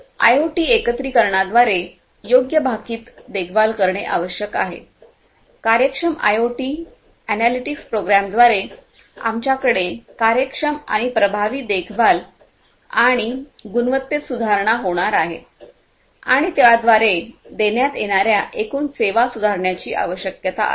IoT एकत्रीकरणाद्वारे योग्य भाकित देखभाल करणे आवश्यक आहे कार्यक्षम आयओटी अनालिटिक्स प्रोग्रामद्वारे आमच्याकडे कार्यक्षम आणि प्रभावी देखभाल आणि गुणवत्तेत सुधारणा होणार आहे आणि त्याद्वारे देण्यात येणाऱ्या एकूण सेवा सुधारण्याची आवश्यकता आहे